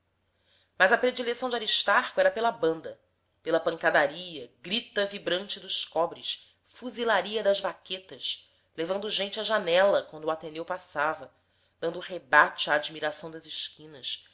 mas a predileção de aristarco era pela banda pela pancadaria grita vibrante dos cobres fuzilaria das vaquetas levando gente à janela quando o ateneu passava dando rebate à admiração das esquinas